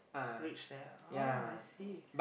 reach there oh I see